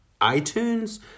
itunes